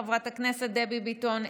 חברת הכנסת דבי ביטון,